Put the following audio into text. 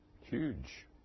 huge